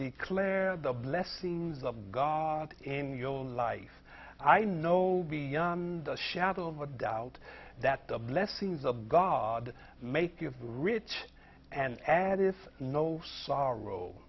declare the blessings of god in your own life i know beyond a shadow of a doubt that the blessings of god make you have rich and ed is no sorrow